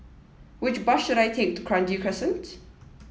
which bus should I take to Kranji Crescent